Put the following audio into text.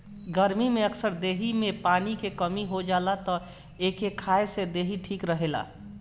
गरमी में अक्सर देहि में पानी के कमी हो जाला तअ एके खाए से देहि ठीक रहेला